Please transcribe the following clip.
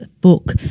book